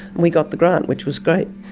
we got the grant, which was great.